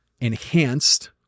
enhanced